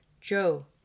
Joe